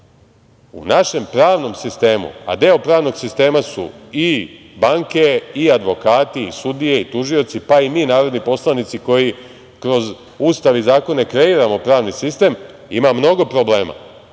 u našem pravnom sistemu, a deo pravnog sistema su i banke, i advokati, i sudije, i tužioci, pa i mi narodni poslanici, koji kroz Ustav i zakone kreiramo pravni sistem, imam mnogo problema,